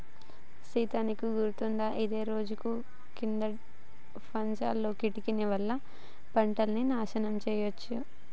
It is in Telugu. సీత నీకు గుర్తుకుందా ఇదే రోజు కిందటేడాది పంజాబ్ లో కీటకాల వల్ల పంటలన్నీ నాశనమయ్యాయి